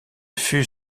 fut